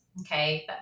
okay